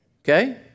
Okay